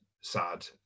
sad